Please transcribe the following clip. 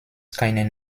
keinen